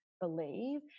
believe